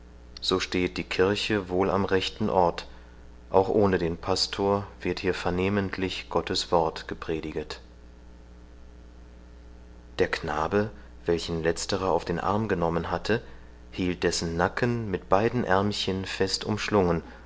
so stehet die kirche wohl am rechten ort auch ohne den pastor wird hier vernehmentlich gottes wort geprediget der knabe welchen letzterer auf den arm genommen hatte hielt dessen nacken mit beiden ärmchen fest umschlungen